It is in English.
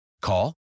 Call